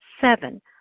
Seven